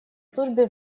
службе